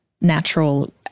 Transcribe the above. natural